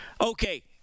Okay